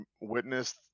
witnessed